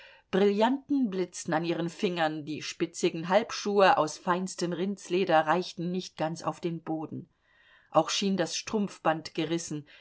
brillanten blitzten an ihren fingern die spitzigen halbschuhe aus feinstem rindsleder reichten nicht ganz auf den boden auch schien das strumpfband gerissen